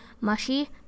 Mushy